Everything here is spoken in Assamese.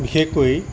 বিশেষকৈ